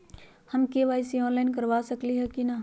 हम KYC online करवा सकली ह कि न?